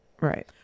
Right